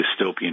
dystopian